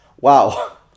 wow